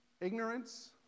Ignorance